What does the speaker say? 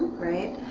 right?